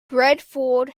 bradford